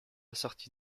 sorti